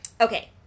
Okay